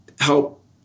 help